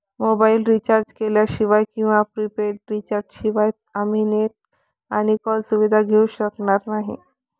mobile recharge केल्याशिवाय किंवा prepaid recharge शिवाय आम्ही नेट आणि कॉल सुविधा घेऊ शकणार नाही